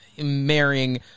marrying